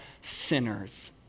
sinners